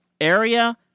area